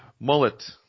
Mullet